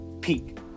peak